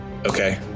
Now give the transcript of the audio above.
Okay